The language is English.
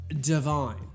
divine